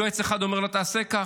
יועץ אחד אומר לו: תעשה ככה.